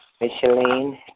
Micheline